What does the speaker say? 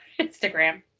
Instagram